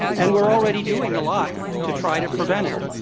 and we're already doing a lot to try to prevent it.